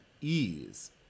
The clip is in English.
ease